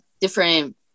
different